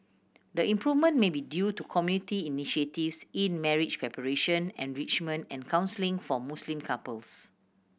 the improvement may be due to community initiatives in marriage preparation enrichment and counselling for Muslim couples